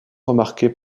remarquées